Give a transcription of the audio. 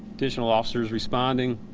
additional officers responding.